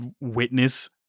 witness